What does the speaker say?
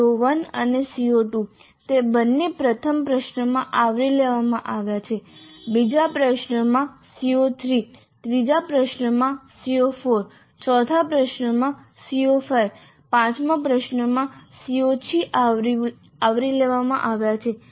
CO1 અને CO2 તે બંને પ્રથમ પ્રશ્નમાં આવરી લેવામાં આવ્યા છે બીજા પ્રશ્નમાં CO3 ત્રીજા પ્રશ્નમાં CO4 ચોથા પ્રશ્નમાં CO5 પાંચમા પ્રશ્નમાં CO6 આવરી લેવામાં આવ્યા છે